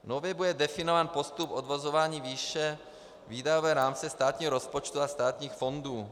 Nově bude definován postup odvozování výše výdajové rámce státního rozpočtu a státních fondů.